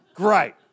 great